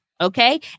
okay